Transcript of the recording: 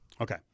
Okay